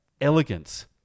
elegance